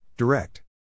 Direct